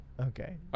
Okay